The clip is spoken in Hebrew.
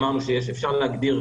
אמרנו שאפשר להגדיר,